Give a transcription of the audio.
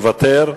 מוותר?